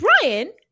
Brian